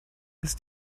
ist